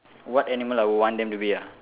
what animal I will want them to be ah